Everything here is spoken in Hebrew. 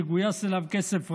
שגויס אליו כסף רב,